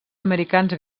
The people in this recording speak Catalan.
americans